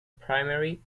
primary